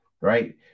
Right